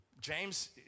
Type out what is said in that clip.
James